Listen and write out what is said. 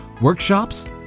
workshops